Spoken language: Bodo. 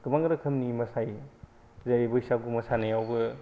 गोबां रोखोमनि मोसायो जेरै बैसागु मोसानायावबो